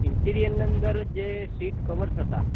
ઇન્ટિરિયરના અંદર જે seat covers હતાં